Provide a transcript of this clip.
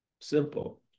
simple